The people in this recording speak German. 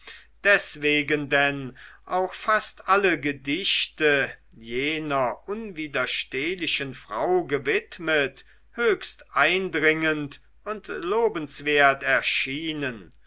deswegen denn auch fast alle gedichte jener unwiderstehlichen frau gewidmet höchst eindringend und lobenswert erschienen